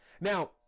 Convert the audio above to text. now